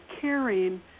caring